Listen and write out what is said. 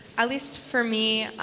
at least for me,